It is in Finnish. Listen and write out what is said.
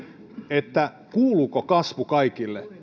siitä kuuluuko kasvu kaikille